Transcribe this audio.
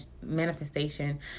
manifestation